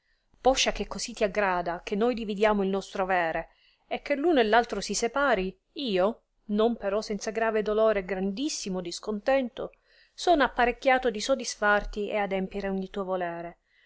poscia che così ti aggrada che noi dividiamo il nostro avere e che l'uno e r altro si separi io non però senza grave dolore e grandissimo discontento sono apparecchiato di sodisfarti e adempire ogni tuo volere